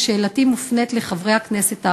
ושאלתי מופנית לחברי הכנסת הערבים: